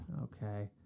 Okay